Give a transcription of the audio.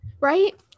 Right